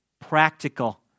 practical